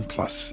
Plus